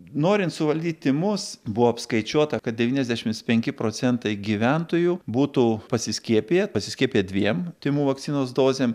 norint suvaldyt tymus buvo apskaičiuota kad devyniasdešimt penki procentai gyventojų būtų pasiskiepiję pasiskiepiję dviem tymų vakcinos dozėm